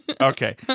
Okay